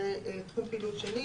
זה תחום פעילות שני.